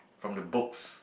from the books